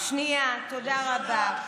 שנייה, תודה רבה.